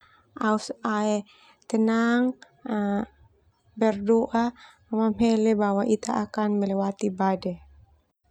Au ae tenang berdoa ma mamhele bahwa ita akan melewati badai.